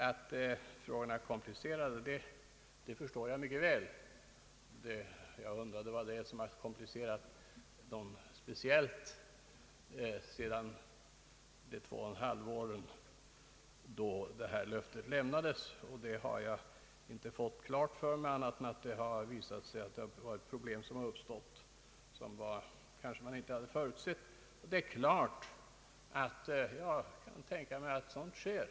Att frågorna är komplicerade, det förstår jag mycket väl, men jag undrar vad det är som komplicerat dem speciellt under tiden sedan löftet lämnades för två och ett halvt år sedan. Det har jag inte fått klart för mig i annan mån än att det visat sig att oförutsedda problem uppstått. Det kan givetvis tänkas att sådant sker.